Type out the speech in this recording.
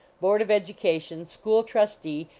board of educa tion, school trustee,